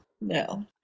No